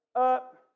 up